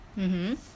mmhmm